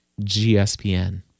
GSPN